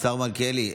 השר מלכיאלי,